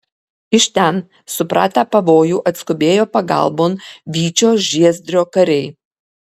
iš ten supratę pavojų atskubėjo pagalbon vyčio žiezdrio kariai